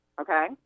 Okay